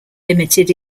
limited